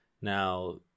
Now